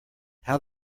how